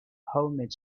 homemade